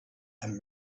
and